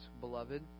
beloved